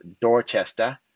Dorchester